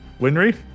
Winry